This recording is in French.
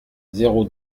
zéro